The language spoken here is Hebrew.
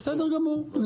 בסדר גמור.